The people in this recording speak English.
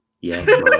Yes